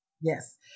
yes